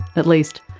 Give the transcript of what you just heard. at least,